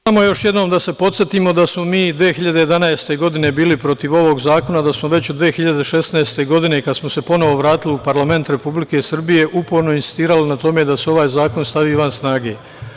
Samo još jednom da se podsetimo da smo mi 2011. godine bili protiv ovog zakona, a da smo već 2016. godine, kad smo se ponovo vratili u parlament Republike Srbije, uporno insistirali na tome da se ovaj zakon stavi van snage.